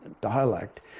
dialect